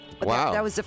Wow